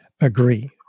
agree